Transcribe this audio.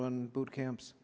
run boot camps